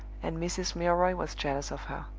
and mrs. milroy was jealous of her